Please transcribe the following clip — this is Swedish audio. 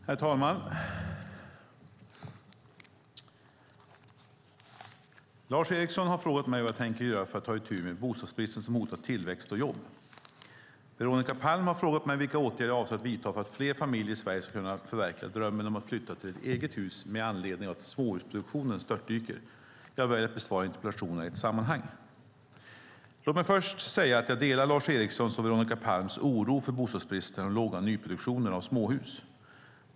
Herr talman! Lars Eriksson har frågat mig vad jag tänker göra för att ta itu med bostadsbristen, som hotar tillväxt och jobb. Veronica Palm har frågat mig vilka åtgärder jag avser att vidta för att fler familjer i Sverige ska kunna förverkliga drömmen om att flytta till ett eget hus, med anledning av att småhusproduktionen störtdyker. Jag väljer att besvara interpellationerna i ett sammanhang. Låt mig först säga att jag delar Lars Erikssons och Veronica Palms oro för bostadsbristen och den låga nyproduktionen av småhus.